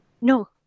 No